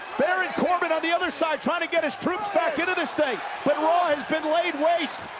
baron corbin on the other side trying to get his troops back into this thing, but raw has been laid waste.